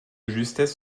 justesse